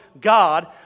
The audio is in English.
God